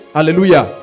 Hallelujah